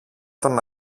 τον